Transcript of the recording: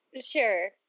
Sure